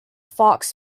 fox